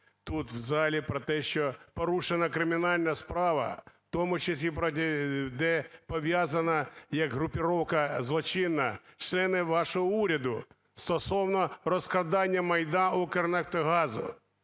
тут, в залі, про те, що порушена кримінальна справа, в тому числі проти, де пов'язана якгруппировка злочинна, члени вашого уряду, стосовно розкрадання майна "Укрнафтогазу".